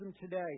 today